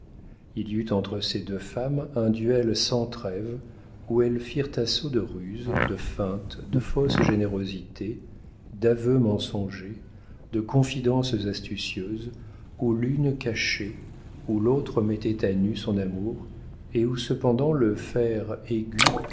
il y eut entre ces deux femmes un duel sans trêve où elles firent assaut de ruses de feintes de fausses générosités d'aveux mensongers de confidences astucieuses où l'une cachait où l'autre mettait à nu son amour et où cependant le fer aigu